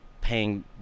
paying